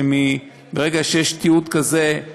שברגע שיש תיעוד כזה,